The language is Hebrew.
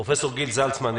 פרופ' גיל זלצמן,